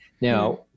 Now